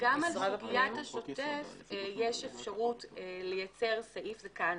גם על סוגיית השוטף יש אפשרות לייצר סעיף כאן.